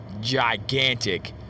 gigantic